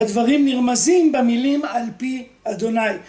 הדברים נרמזים במילים על פי אדוני.